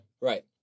Right